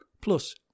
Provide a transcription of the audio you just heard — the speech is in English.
Plus